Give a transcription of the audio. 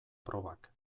probak